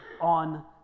on